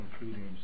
including